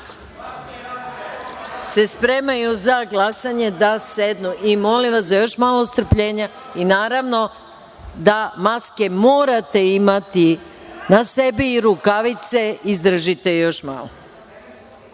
se spremaju za glasanje da sednu i molim vas za još malo strpljenja i naravno da maske morate imati na sebi i rukavice. Izdržite još malo. Ja